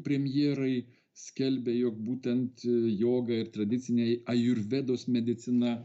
premjerai skelbė jog būtent joga ir tradiciniai ajurvedos medicina